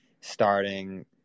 starting